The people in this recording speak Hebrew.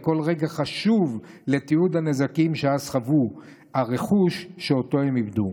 כל רגע חשוב לתיעוד הנזקים שאז חוו והרכוש שאותו הם איבדו.